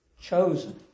chosen